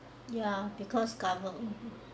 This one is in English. ya because gover~